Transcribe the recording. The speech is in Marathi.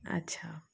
अच्छा